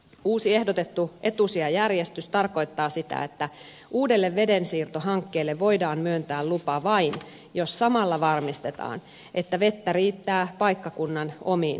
uusi ehdotettu etusijajärjestys tarkoittaa sitä että uudelle vedensiirtohankkeelle voidaan myöntää lupa vain jos samalla varmistetaan että vettä riittää paikkakunnan omiin käyttötarpeisiin